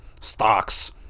Stocks